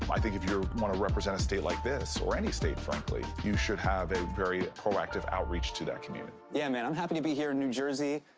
i think if you want to represent a state like this or any state frankly, you should have a very proactive outreach to that community. yeah, man. i'm happy to be here in new jersey,